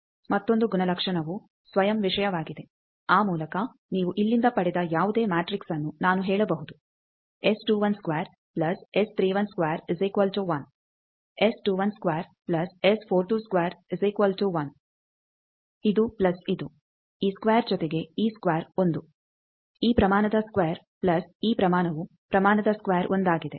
ಈಗ ಮತ್ತೊಂದು ಗುಣಲಕ್ಷಣವು ಸ್ವಯಂ ವಿಷಯವಾಗಿದೆ ಆ ಮೂಲಕ ನೀವು ಇಲ್ಲಿಂದ ಪಡೆದ ಯಾವುದೇ ಮ್ಯಾಟ್ರಿಕ್ಸ್ಅನ್ನು ನಾನು ಹೇಳಬಹುದು ಇದು ಪ್ಲಸ್ ಇದು ಈ ಸ್ಕ್ವೇರ್ ಜೊತೆಗೆ ಈ ಸ್ಕ್ವೇರ್ 1 ಈ ಪ್ರಮಾಣದ ಸ್ಕ್ವೇರ್ ಪ್ಲಸ್ ಈ ಪ್ರಮಾಣವು ಪ್ರಮಾಣದ ಸ್ಕ್ವೇರ್ 1 ಆಗಿದೆ